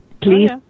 Please